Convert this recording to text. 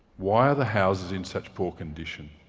why are the houses in such poor condition?